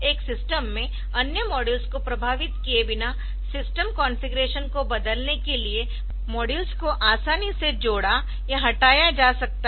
एक सिस्टम में अन्य माड्यूल्स को प्रभावित किए बिना सिस्टम कॉन्फ़िगरेशन को बदलने के लिए माड्यूल्स को आसानी से जोडा या हटाया जा सकता है